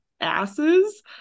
asses